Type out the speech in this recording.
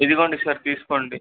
ఇదిగోండి సార్ తీసుకోండి